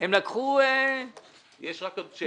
יש רק עוד שאלה.